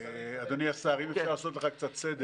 רק, מיכאל, אדוני השר, אם אפשר לעשות לך קצת סדר.